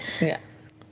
Yes